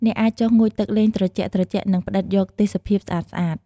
អ្នកអាចចុះងូតទឹកលេងត្រជាក់ៗ និងផ្តិតយកទេសភាពស្អាតៗ។